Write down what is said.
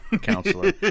Counselor